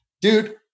Dude